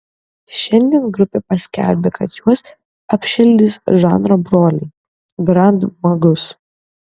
šiandien grupė paskelbė kad juos apšildys žanro broliai grand magus